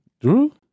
Drew